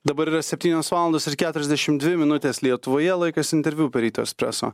dabar yra septynios valandos ir keturiasdešim dvi minutės lietuvoje laikas interviu per ryto espreso